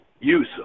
use